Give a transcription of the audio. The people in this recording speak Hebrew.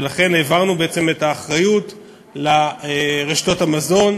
ולכן העברנו בעצם את האחריות לרשתות המזון.